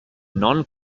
non